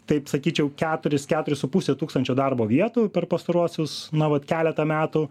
taip sakyčiau keturis keturis su puse tūkstančio darbo vietų per pastaruosius na vat keletą metų